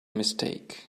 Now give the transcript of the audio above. mistake